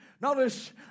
Notice